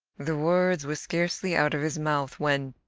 the words were scarcely out of his mouth when,